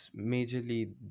majorly